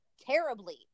terribly